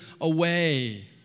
away